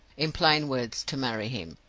in plain words, to marry him.